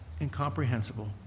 incomprehensible